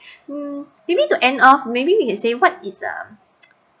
hmm maybe to end off maybe we can say what is um